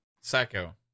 Psycho